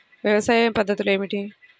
వ్యవసాయ పద్ధతులు ఏమిటి?